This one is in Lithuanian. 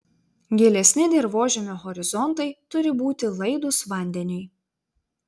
gilesni dirvožemio horizontai turi būti laidūs vandeniui